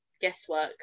guesswork